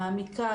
מעמיקה,